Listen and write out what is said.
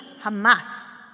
Hamas